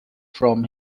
from